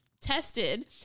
tested